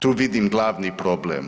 Tu vidim glavni problem.